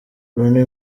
ronnie